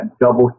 double